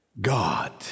God